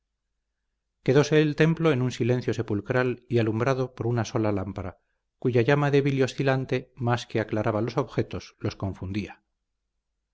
quedóse el templo en un silencio sepulcral y alumbrado por una sola lámpara cuya llama débil y oscilante más que aclaraba los objetos los confundía